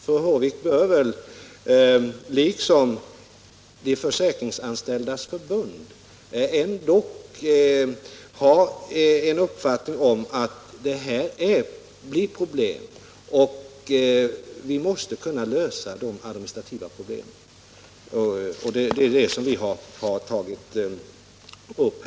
Fru Håvik bör väl, liksom Försäkringsanställdas förbund, ändock ha en uppfattning om att det blir administrativa problem, som vi måste kunna lösa. Det är detta vi här har tagit upp.